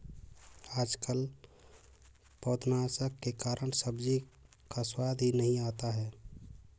आजकल पौधनाशक के कारण सब्जी का स्वाद ही नहीं आता है